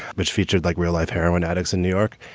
which featured like real life heroin addicts in new york.